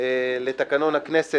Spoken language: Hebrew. לתקנון הכנסת,